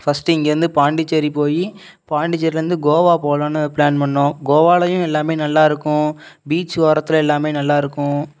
first இங்கேருந்து பாண்டிச்சேரி போய் பாண்டிச்சேரிலேருந்து கோவா போகலான்னு ப்ளான் பண்ணோம் கோவாலேயும் எல்லாமே நல்லாயிருக்கும் பீச் ஓரத்தில் எல்லாமே நல்லாயிருக்கும்